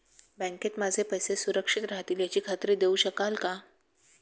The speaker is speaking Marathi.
बँकेत माझे पैसे सुरक्षित राहतील याची खात्री देऊ शकाल का?